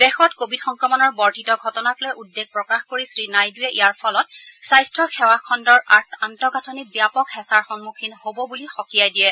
দেশত কোভিড সংক্ৰমণৰ বৰ্ধিত ঘটনাক লৈ উদ্বেগ প্ৰকাশ কৰি শ্ৰীনাইডুয়ে ইয়াৰ ফলত স্বাস্থ্য সেৱাখণ্ডৰ আন্তঃগাঁথনি ব্যাপক হেঁচাৰ সন্মুখীন হ'ব বুলি সকিয়াই দিয়ে